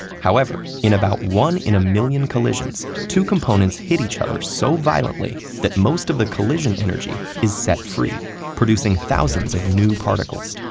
however, in about one in a million collisions, two components hit each other so violently, that most of the collision energy is set free producing thousands of new particles.